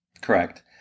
Correct